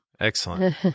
Excellent